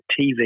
TV